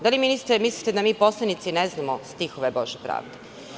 Da li, ministre, mislite da mi poslanici ne znamo stihove "Bože pravde"